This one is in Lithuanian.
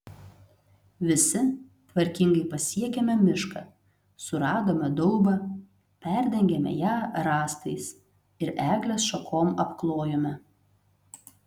visi tvarkingai pasiekėme mišką suradome daubą perdengėme ją rąstais ir eglės šakom apklojome